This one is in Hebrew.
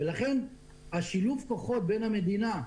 לכן שילוב הכוחות בין המדינה,